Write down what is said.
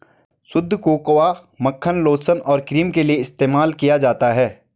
शुद्ध कोकोआ मक्खन लोशन और क्रीम के लिए इस्तेमाल किया जाता है